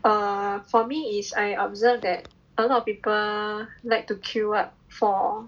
err for me is I observed that a lot of people like to queue up for